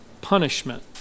punishment